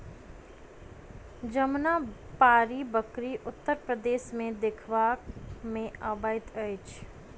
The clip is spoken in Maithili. जमुनापारी बकरी उत्तर प्रदेश मे देखबा मे अबैत अछि